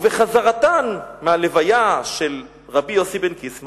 "ובחזרתן" מהלוויה של רבי יוסי בן קיסמא,